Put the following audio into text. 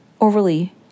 overly